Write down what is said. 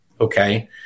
okay